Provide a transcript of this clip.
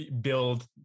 build